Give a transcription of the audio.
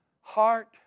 Heart